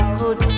good